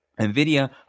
nvidia